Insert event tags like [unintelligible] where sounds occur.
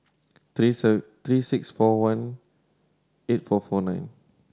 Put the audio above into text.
three [unintelligible] six four one eight four four nine